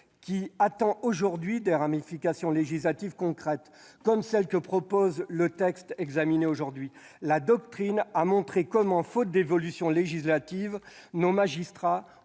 qui attend des ramifications législatives concrètes, comme celles que propose le texte examiné aujourd'hui. La doctrine a montré comment, faute d'avancées législatives, nos magistrats